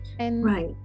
Right